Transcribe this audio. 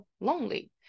lonely